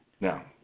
Now